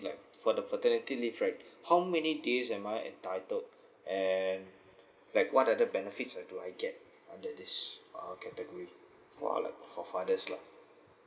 like for the paternity leave right how many days am I entitled and like what other benefits ah do I get under this uh category for like fathers lah